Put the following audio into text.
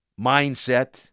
mindset